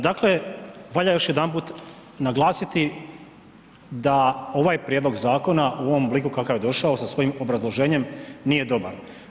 Dakle, valja još jedanput naglasiti da ovaj prijedlog zakona u ovom obliku kakav je došao sa svojim obrazloženjem, nije dobar.